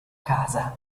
casa